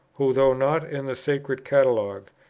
who, though not in the sacred catalogue,